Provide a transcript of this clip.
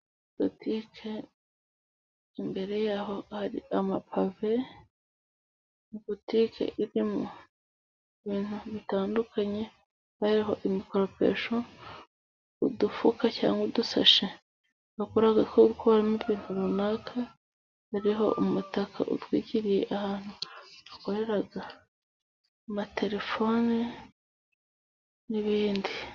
Butike imbere yaho hari amapave. Butique irimo ibintu bitandukanye harihomo imikoropesho ,udufuka cyangwa udusashe ubona ko bari gukora n'ibintu runaka. Hariho umutaka utwikiriye ahantu bakorera amatelefone n'ibindi.